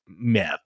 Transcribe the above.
myth